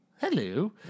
Hello